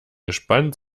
gespannt